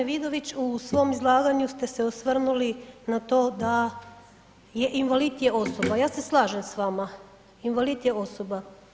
G. Vidović, u svom izlaganju ste se osvrnuli na to da je invalid je osoba, ja se slažem s vama, invalid je osoba.